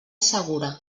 segura